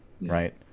right